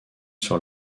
sur